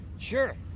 Sure